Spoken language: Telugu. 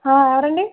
ఎవరండి